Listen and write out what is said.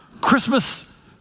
Christmas